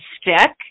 stick